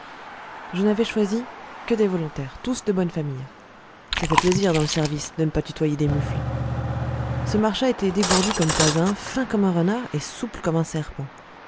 je n'avais choisi que des volontaires tous de bonne famille ça fait plaisir dans le service de ne pas tutoyer des mufles ce marchas était dégourdi comme pas un fin comme un renard et souple comme un serpent